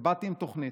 באתי עם תוכנית,